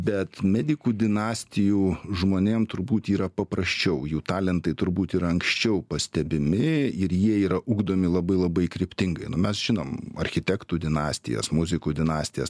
bet medikų dinastijų žmonėm turbūt yra paprasčiau jų talentai turbūt yra anksčiau pastebimi ir jie yra ugdomi labai labai kryptingai nu mes žinom architektų dinastijas muzikų dinastijas